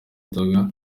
inzoga